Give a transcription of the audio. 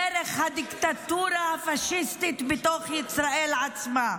דרך הדיקטטורה הפשיסטית בתוך ישראל עצמה,